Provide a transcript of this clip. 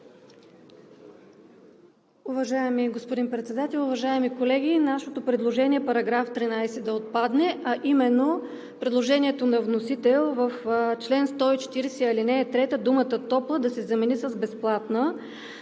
Уважаеми господин Председател, уважаеми колеги! Нашето предложение е § 13 да отпадне, а именно предложението на вносителя в чл. 140, ал. 3 думата „топла“ да се замени с „безплатна“.